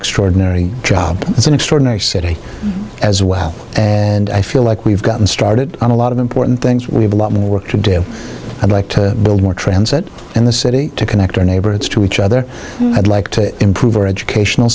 extraordinary job it's an extraordinary city as well and i feel like we've gotten started on a lot of important things we have a lot more work to do i'd like to build more transit in the city to connect our neighborhoods to each other i'd like to improve our educational